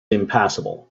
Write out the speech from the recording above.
impassable